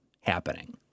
happening